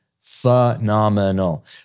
phenomenal